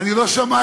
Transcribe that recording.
אני לא שמעתי.